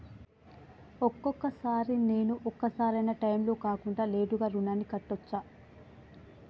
ఒక్కొక సారి నేను ఒక సరైనా టైంలో కాకుండా లేటుగా రుణాన్ని కట్టచ్చా?